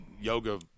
yoga